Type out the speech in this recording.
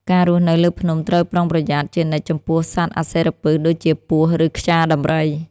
ការរស់នៅលើភ្នំត្រូវប្រុងប្រយ័ត្នជានិច្ចចំពោះសត្វអាសិរពិសដូចជា ពស់ ឬខ្យាដំរី។